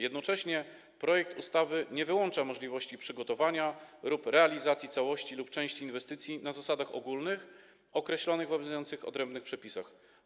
Jednocześnie projekt ustawy nie wyłącza możliwości przygotowania lub realizacji całości lub części inwestycji na zasadach ogólnych, określonych w obowiązujących odrębnych przepisach.